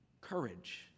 courage